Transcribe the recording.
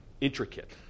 intricate